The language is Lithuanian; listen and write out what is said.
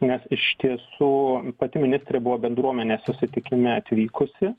nes iš tiesų pati ministrė buvo bendruomenės susitikime atvykusi